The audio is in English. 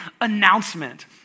announcement